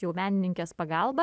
jau menininkės pagalba